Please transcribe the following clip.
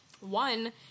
One